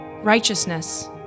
Righteousness